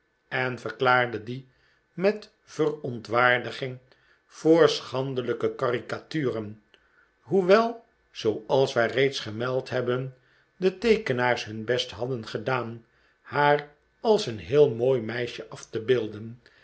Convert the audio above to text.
en verklaarde die met verontwaardiging voor schandelijke caricaturen hoewel zooals wij reeds gemeld hebben de teekenaars hun best hadden gedaan haar als een heel mooi meisje af te beelden